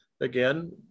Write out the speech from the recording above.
again